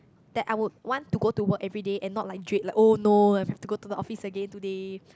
that I would want to go to work everyday and not like drag oh no I've to go to the office again today